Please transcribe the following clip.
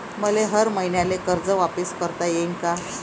मले हर मईन्याले कर्ज वापिस करता येईन का?